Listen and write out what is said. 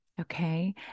okay